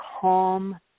calm